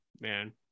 man